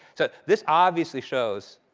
so this obviously shows,